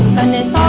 a niss